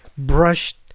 brushed